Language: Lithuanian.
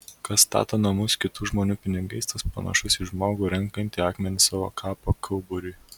kas stato namus kitų žmonių pinigais tas panašus į žmogų renkantį akmenis savo kapo kauburiui